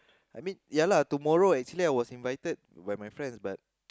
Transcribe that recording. I mean yeah lah tomorrow actually I was invited by my friends but